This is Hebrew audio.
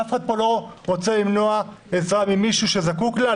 אף אחד פה לא רוצה למנוע עזרה ממישהו שזקוק לה,